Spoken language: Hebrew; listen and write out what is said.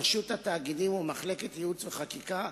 רשות התאגידים ומחלקת הייעוץ והחקיקה,